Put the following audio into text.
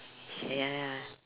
ya